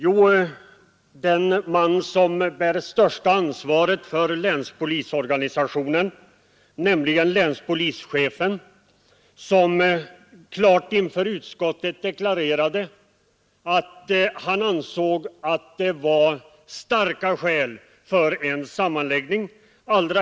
Jo, den man som bär det största ansvaret för länspolisorganisationen, länspolischefen, deklarerade inför utskottet att han ansåg starka skäl tala för en sammanläggning.